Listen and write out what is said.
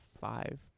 five